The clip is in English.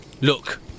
look